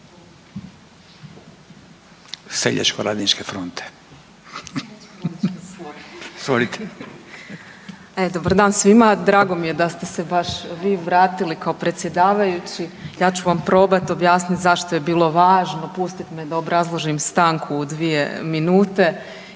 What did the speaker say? seljačko radničke fronte.